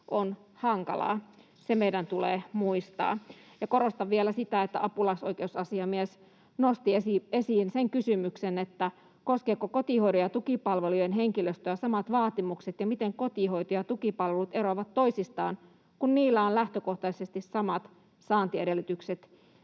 on hankalaa. Se meidän tulee muistaa. Korostan vielä sitä, että apulaisoikeusasiamies nosti esiin sen kysymyksen, että koskeeko kotihoidon ja tukipalvelujen henkilöstöä samat vaatimukset ja miten kotihoito ja tukipalvelut eroavat toisistaan, kun niillä on lähtökohtaisesti samat saantiedellytykset.